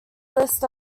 list